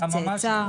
צאצא,